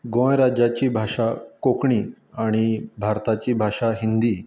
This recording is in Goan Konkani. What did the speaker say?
गोंय राज्याची भाशा कोंकणी आनी भारताची भाशा हिंदी